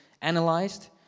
analyzed